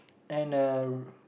and a r~